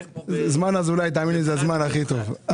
זמן אזולאי, תאמין לי, זה הזמן הכי טוב.